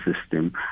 system